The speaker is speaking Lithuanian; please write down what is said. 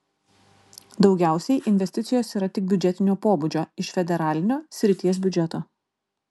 daugiausiai investicijos yra tik biudžetinio pobūdžio iš federalinio srities biudžeto